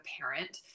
parent